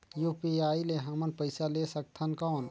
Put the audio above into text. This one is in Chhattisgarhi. यू.पी.आई ले हमन पइसा ले सकथन कौन?